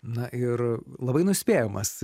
na ir labai nuspėjamas